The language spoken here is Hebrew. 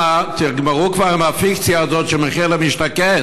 אנא, תגמרו כבר עם הפיקציה הזאת של מחיר למשתכן.